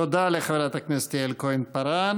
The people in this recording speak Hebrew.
תודה לחברת הכנסת יעל כהן-פארן.